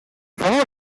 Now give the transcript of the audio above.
favor